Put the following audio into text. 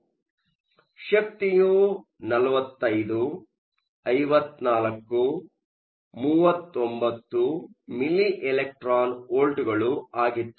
ಆದ್ದರಿಂದ ಶಕ್ತಿಯು 45 54 39 milli electron ವೋಲ್ಟ್ಗಳು ಆಗಿತ್ತು